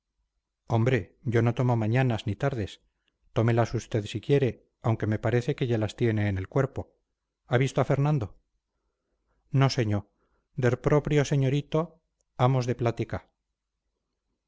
hombre yo no tomo mañanas ni tardes tómelas usted si quiere aunque me parece que ya las tiene en el cuerpo ha visto a fernando no señó der propio señorito hamos de platicá